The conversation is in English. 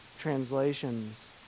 translations